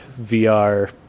VR